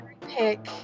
pick